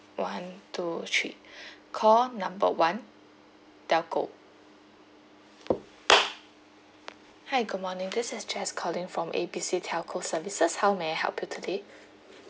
one two three call number one telco hi good morning this is jess calling from A B C telco services how may I help you today